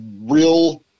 real